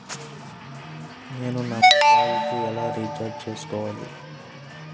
నేను నా మొబైల్కు ఎలా రీఛార్జ్ చేసుకోవాలి?